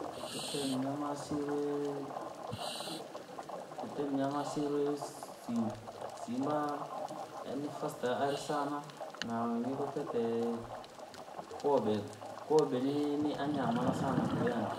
Kwatite mnyama asirwe, kwatite mnyama asirwe simba, simba yaani fasta alisana, na na wingi kwatite kobe, kobe ni anyamala sana kuyenda.